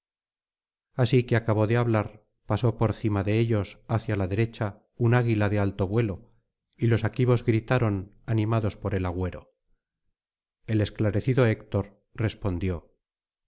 así que acabó de hablar pasó por cima de ellos hacia la derecha un águila de alto vuelo y los aquivos gritaron animados por el agüero el esclarecido héctor respondió